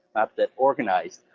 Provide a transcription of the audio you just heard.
not that organized.